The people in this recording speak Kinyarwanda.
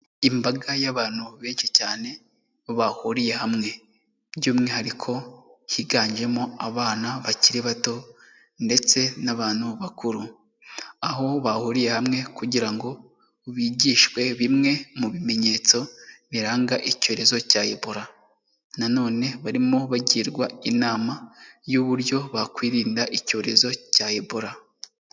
Imbaga y'abantu benshi cyane, bahuriye hamwe. By'umwihariko higanjemo abana bakiri bato, ndetse n'abantu bakuru. Aho bahuriye hamwe, kugira ngo bigishwe bimwe mu bimenyetso biranga icyorezo cya Ebola. Na none barimo bagirwa inama, y'uburyo bakwirinda icyorezo cya Ebola.